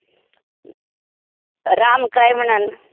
राम कांय म्हणन